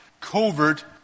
covert